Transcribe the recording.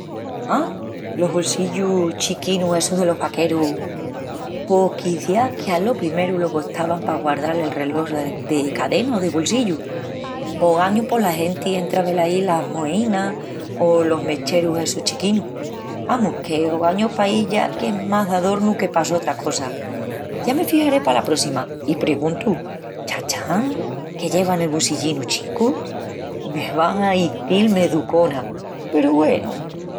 Á, los bolsillus chiquinus essus delos vaquerus? Pos quiciás que alo primeru lo gastavan pa guardal el relós de cadena o de bolsillu. Ogañu pos la genti entra velaí las moneínas o los mecherus essus chiquinus. Amus, que ogañu pahi ya qu'es más d'adornu que pa sotra cosa. Ya me fixaré pala próssima i perguntu: chacha, que llevas en el bolsilllinu chicu? Me van a izil mezucona, peru güenu!